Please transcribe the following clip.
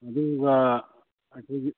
ꯑꯗꯨꯒ ꯑꯩꯈꯣꯏꯒꯤ